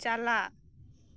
ᱪᱟᱞᱟᱜ